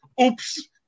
Oops